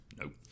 nope